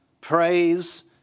praise